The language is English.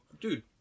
Dude